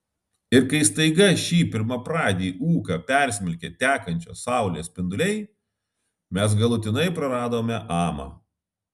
ir kai staiga šį pirmapradį ūką persmelkė tekančios saulės spinduliai mes galutinai praradome amą